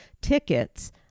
tickets